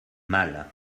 mal